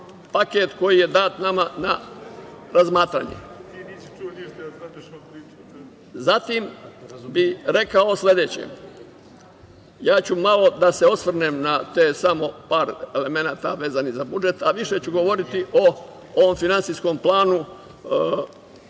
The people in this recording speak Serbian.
paket koji je dat nama na razmatranje. Zatim bih rekao sledeće. Ja ću malo da se osvrnem da tih samo par elemenata vezanih za budžet, a više ću govoriti o ovom Finansijskom planu